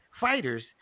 fighters